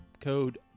code